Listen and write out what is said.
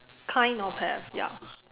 kind of have ya